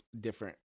different